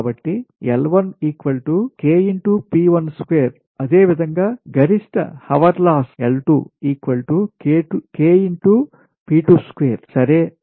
కాబట్టి అదేవిధంగా గరిష్ట హవరు లాస్ సరే